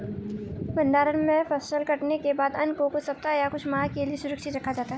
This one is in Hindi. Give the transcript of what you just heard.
भण्डारण में फसल कटने के बाद अन्न को कुछ सप्ताह या कुछ माह के लिये सुरक्षित रखा जाता है